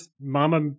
Mama